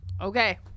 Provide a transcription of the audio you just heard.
Okay